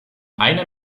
einer